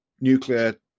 nuclear